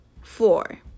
four